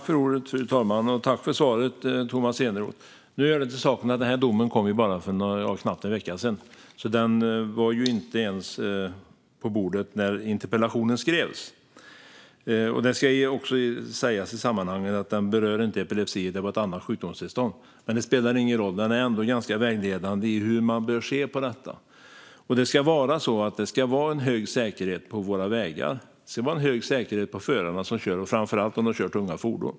Fru talman! Tack för svaret, Tomas Eneroth! Nu hör det till saken att denna dom kom för knappt en vecka sedan. Den var inte ens på bordet när interpellationen skrevs. Det ska också sägas i sammanhanget att den inte berör epilepsi - det var ett annat sjukdomstillstånd. Men det spelar ingen roll. Den är ändå ganska vägledande i hur man bör se på detta. Det ska vara en hög säkerhet på våra vägar. Det ska vara en hög säkerhet i fråga om förarna som kör, framför allt om de kör tunga fordon.